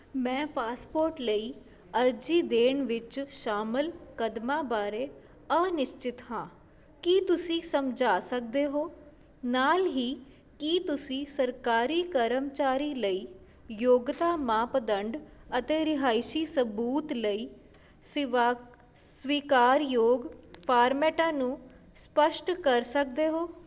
ਮੈਂ ਪਾਸਪੋਰਟ ਲਈ ਅਰਜ਼ੀ ਦੇਣ ਵਿੱਚ ਸ਼ਾਮਲ ਕਦਮਾਂ ਬਾਰੇ ਅਨਿਸ਼ਚਿਤ ਹਾਂ ਕੀ ਤੁਸੀਂ ਸਮਝਾ ਸਕਦੇ ਹੋ ਨਾਲ ਹੀ ਕੀ ਤੁਸੀਂ ਸਰਕਾਰੀ ਕਰਮਚਾਰੀ ਲਈ ਯੋਗਤਾ ਮਾਪਦੰਡ ਅਤੇ ਰਿਹਾਇਸ਼ੀ ਸਬੂਤ ਲਈ ਸੀਵਾ ਸਵੀਕਾਰਯੋਗ ਫਾਰਮੈਟਾਂ ਨੂੰ ਸਪੱਸ਼ਟ ਕਰ ਸਕਦੇ ਹੋ